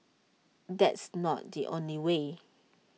that's not the only way